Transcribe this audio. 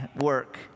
work